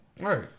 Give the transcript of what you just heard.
Right